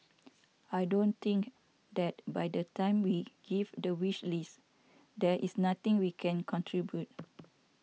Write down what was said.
I don't think that by the time we give the wish list there is nothing we can contribute